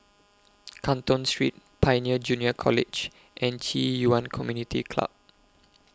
Canton Street Pioneer Junior College and Ci Yuan Community Club